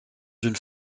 une